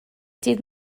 ddydd